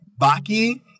Baki